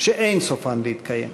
שאין סופן להתקיים,